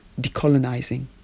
decolonizing